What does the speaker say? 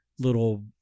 little